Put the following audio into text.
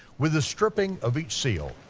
with the stripping of each seal,